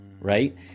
Right